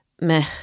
meh